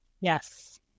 yes